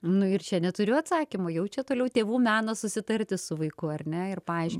nu ir čia neturiu atsakymų jau čia toliau tėvų menas susitarti su vaiku ar ne ir paaiškinti